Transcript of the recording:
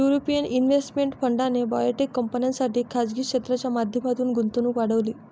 European investment फंडाने biotech कंपन्यांसाठी खासगी क्षेत्राच्या माध्यमातून गुंतवणूक वाढवली